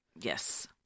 yes